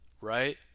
right